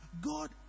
God